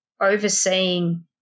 overseeing